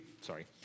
sorry